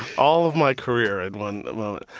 all of my career and when well,